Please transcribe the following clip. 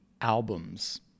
albums